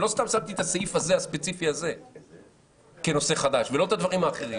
ולא סתם שמתי את הסעיף הספציפי הזה כנושא חדש ולא את הדברים האחרים.